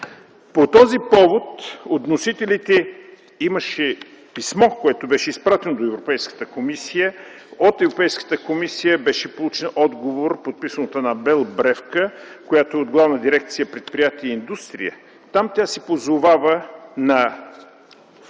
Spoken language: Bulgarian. По този повод от вносителите имаше писмо, което беше изпратено до Европейската комисия. От Европейската комисия беше получен отговор, подписан от Анабел Бревка, която е от Главна дирекция „Предприятия и индустрия”. Там тя се позовава на факт,